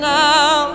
now